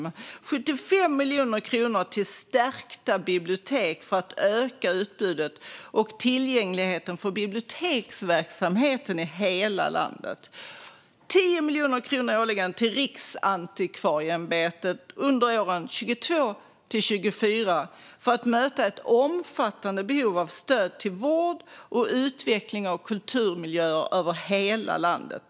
Vi satsade 75 miljoner kronor till stärkta bibliotek för att öka utbudet och tillgängligheten för biblioteksverksamheten i hela landet och 10 miljoner kronor årligen till Riksantikvarieämbetet under åren 2022-2024 för att möta ett omfattande behov av stöd till vård och utveckling av kulturmiljöer över hela landet.